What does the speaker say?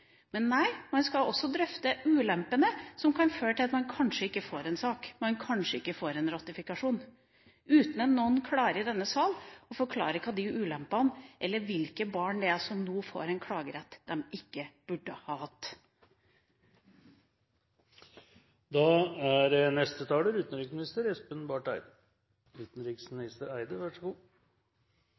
men nei, man skal også drøfte ulempene som kan føre til at man kanskje ikke får en sak, at man kanskje ikke får en ratifikasjon, uten at noen i denne sal klarer å forklare hvilke ulemper det er, eller hvilke barn det er som nå får en klagerett de ikke burde ha hatt. Jeg konstaterer at absolutt alle i denne salen uttrykker glede over at Barnekonvensjonen er